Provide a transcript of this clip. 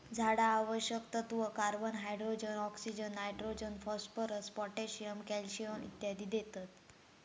झाडा आवश्यक तत्त्व, carbon, hydrogen, oxygen, nitrogen, phosphorus, potassium, calcium इत्यादी देतत